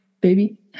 baby